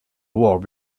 work